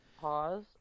Pause